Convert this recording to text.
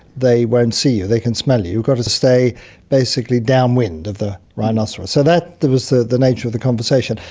they won't see you. they can smell you. you've got to stay basically downwind of the rhinoceros. so that was the the nature of the conversation.